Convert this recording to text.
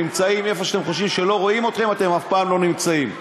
איפה שאתם חושבים שלא רואים אתכם אתם אף פעם לא נמצאים.